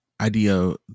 idea